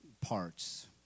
parts